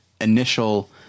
initial